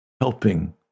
helping